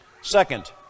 Second